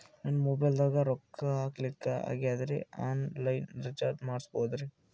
ನನ್ನ ಮೊಬೈಲದಾಗ ರೊಕ್ಕ ಖಾಲಿ ಆಗ್ಯದ್ರಿ ಆನ್ ಲೈನ್ ರೀಚಾರ್ಜ್ ಮಾಡಸ್ಬೋದ್ರಿ?